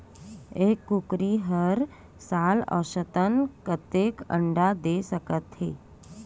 एक कुकरी हर साल औसतन कतेक अंडा दे सकत हे?